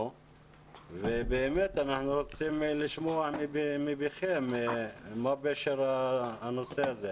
ואנחנו רוצים לשמוע מכם מה פשר הנושא הזה,